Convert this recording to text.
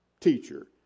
Teacher